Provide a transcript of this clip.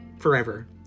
Forever